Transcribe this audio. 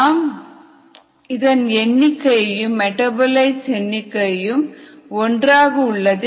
நம் இன் எண்ணிக்கையும் மெடாபோலிட்ஸ் எண்ணிக்கையும் ஒன்றாக உள்ளது